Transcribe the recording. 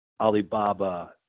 Alibaba